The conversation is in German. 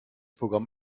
programm